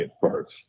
first